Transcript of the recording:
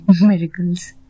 miracles